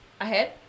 ahead